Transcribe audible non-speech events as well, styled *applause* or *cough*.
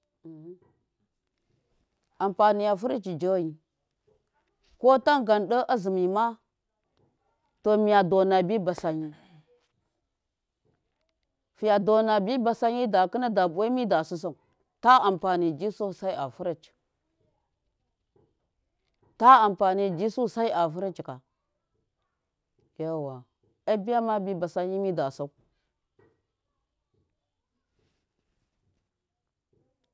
Uhumm, *noise* ampaniya fɨrɨcɨ jeyi kotan gan ɗe azɨmi ma to miya dona bi ba sanyi *noise* fiya dona bi basanyi da kɨna da buwai mi da sɨsau ta ampani sosai a fɨrɨcɨ ta ampani ji sosai a fɨrɨcɨ ka, yauwa abiyama bi ba sanyi mida sau. *noise*